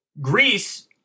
Greece